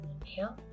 inhale